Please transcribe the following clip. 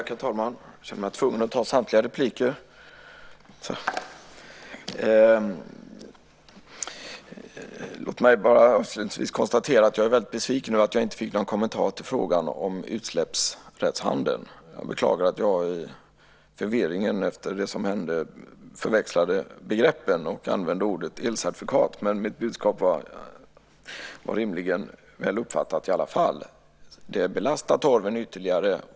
Herr talman! Jag känner mig tvungen att ta samtliga repliker. Låt mig avslutningsvis konstatera att jag är väldigt besviken på att jag inte fick någon kommentar till frågan om utsläppsrättshandeln. Jag beklagar att jag i förvirringen förväxlade begreppen och använde ordet elcertifikat. Men mitt budskap var rimligen väl uppfattat i alla fall. Det belastar torven ytterligare.